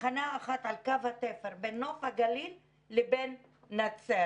תחנה אחת על קו התפר בין נוף הגליל לבין נצרת.